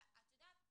ואת יודעת,